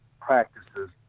practices